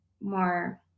more